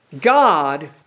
God